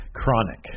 Chronic